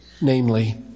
namely